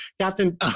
Captain